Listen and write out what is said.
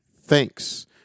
Thanks